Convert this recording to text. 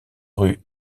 rue